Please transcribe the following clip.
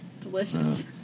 Delicious